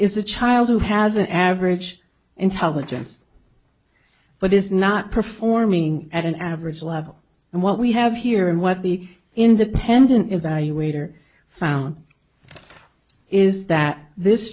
a child who has an average intelligence but is not performing at an average level and what we have here and what the independent evaluator found is that this